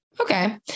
Okay